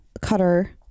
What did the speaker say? Cutter